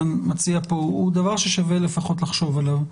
מציע פה הוא דבר ששווה לפחות לחשוב עליו,